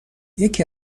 یکی